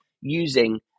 using